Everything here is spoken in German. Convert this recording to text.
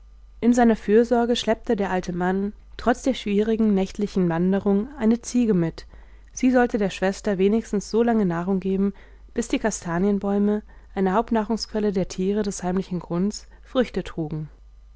in seiner fürsorge schleppte der alte mann trotz der schwierigen nächtlichen wanderung eine ziege mit sie sollte der schwester wenigstens so lange nahrung geben bis die kastanienbäume eine hauptnahrungsquelle der tiere des heimlichen grunds früchte trugen